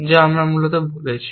যা আমরা মূলত বলেছি